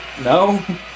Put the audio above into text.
No